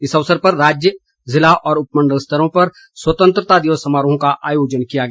इस अवसर पर राज्य ज़िला और उपमण्डल स्तरों पर स्वतंत्रता दिवस समारोहों का आयोजन किया गया